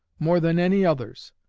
more than any others,